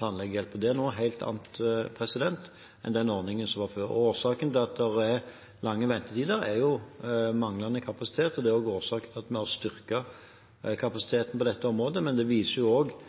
tannlegehjelp. Det er noe helt annet enn den ordningen som var før. Årsaken til at det er lange ventetider, er manglende kapasitet, og det er også årsaken til at vi har styrket kapasiteten på dette området, men det viser